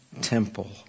temple